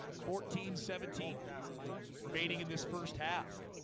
fourteen seventeen remaining in this first half